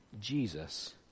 Jesus